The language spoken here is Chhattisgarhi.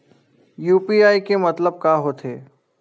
यू.पी.आई के मतलब का होथे?